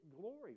glory